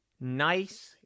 nice